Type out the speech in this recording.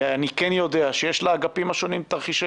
אני כן יודע שיש לאגפים השונים תרחישי